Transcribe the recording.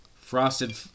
frosted